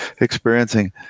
experiencing